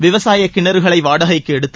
விவசாயக் கிணறுகளை வாடகைக்கு எடுத்து